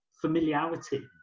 familiarity